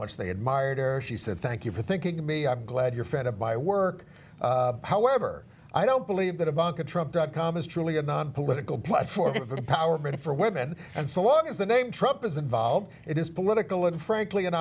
much they admired her she said thank you for thinking of me i'm glad you're fed up my work however i don't believe that ivanka trump dot com is truly a non political platform of empowerment for women and so what is the name trip is involved it is political and frankly an